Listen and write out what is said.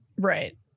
Right